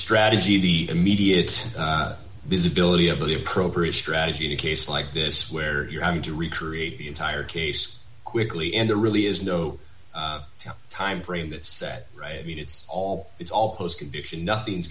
strategy the immediate visibility of the appropriate strategy in a case like this where you're having to recreate the entire case quickly and there really is no time frame that set right i mean it's all it's all post conviction nothing's